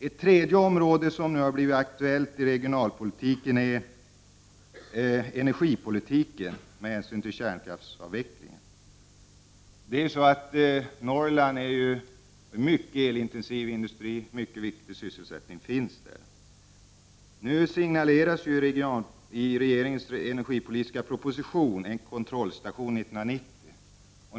Ytterligare ett område som har blivit aktuellt i regionalpolitiken med hänsyn till kärnkraftsavvecklingen är energipolitiken. Norrland har en mycket elintensiv industri, och där finns mycket viktig sysselsättning. Nu signaleras i regeringens energipolitiska proposition en kontrollstation 1990.